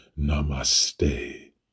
namaste